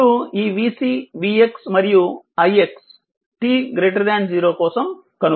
అప్పుడు ఈ vC vx మరియు ix t 0 కోసం కనుగొనాలి